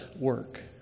work